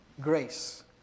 grace